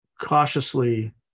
cautiously